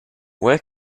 where